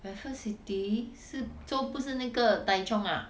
raffles city 是做不是那个 tai chong ah